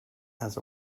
has